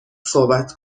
صحبت